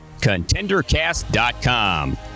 ContenderCast.com